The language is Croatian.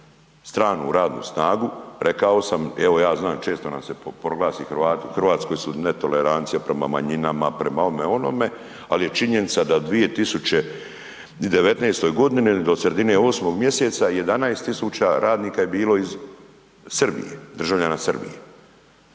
stranu radnu snagu, rekao sam, evo ja znam, često nam se proglasi Hrvati, u Hrvatskoj su netolerancija prema manjinama, prema ovome, onome, ali je činjenica da 2019. g. do sredine 8. mj. 11 tisuća radnika je bilo iz Srbije, državljana Srbije.